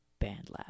BandLab